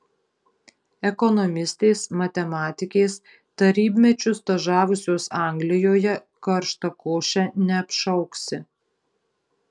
ekonomistės matematikės tarybmečiu stažavusios anglijoje karštakoše neapšauksi